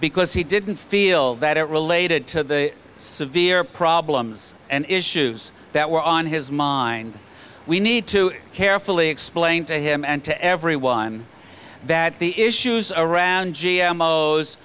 because he didn't feel that it related to the severe problems and issues that were on his mind we need to carefully explain to him and to everyone that the issues around